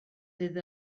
fydd